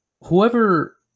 whoever